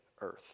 Earth